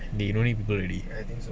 they don't have people already